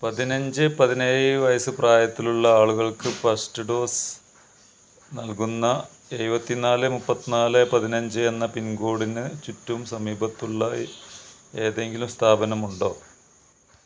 പതിനഞ്ച് പതിനേഴ് വയസ്സ് പ്രായത്തിലുള്ള ആളുകൾക്ക് ഫസ്റ്റ് ഡോസ് നൽകുന്ന എഴുപത്തി നാല് മുപ്പത്തി നാല് പതിനഞ്ച് എന്ന പിൻ കോഡിന് ചുറ്റും സമീപത്തുള്ള ഏതെങ്കിലും സ്ഥാപനമുണ്ടോ